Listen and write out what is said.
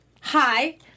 Hi